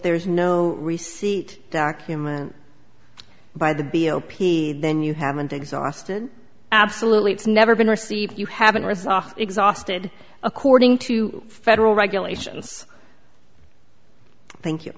there is no receipt documents by the b o p then you haven't exhausted absolutely it's never been received you have unresolved exhausted according to federal regulations thank you